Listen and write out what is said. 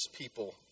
people